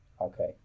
okay